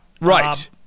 Right